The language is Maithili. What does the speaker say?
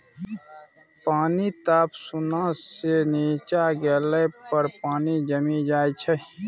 पानिक ताप शुन्ना सँ नीच्चाँ गेला पर पानि जमि जाइ छै